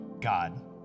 God